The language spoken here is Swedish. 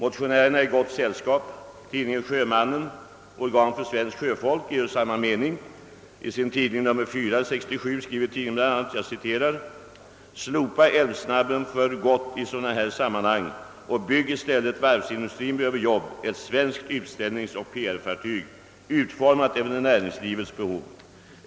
Motionärerna är i gott sällskap. Tidningen Sjömannen, organ för svenskt sjöfolk, är av samma mening. I nr 4, 1967, skriver tidningen bland annat: » Slopa Älvsnabben för gott i sådana här sammanhang och bygg i stället — varvsindustrin behöver jobb — ett svenskt utställningsoch PR-fartyg utformat efter näringslivets behov.